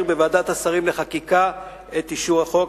בוועדת השרים לענייני חקיקה את אישור החוק.